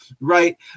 Right